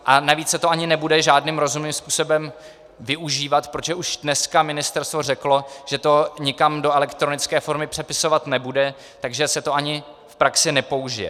A navíc se to ani nebude žádným rozumným způsobem využívat, protože už dneska ministerstvo řeklo, že to nikam do elektronické formy přepisovat nebude, takže se to ani v praxi nepoužije.